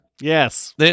Yes